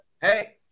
Hey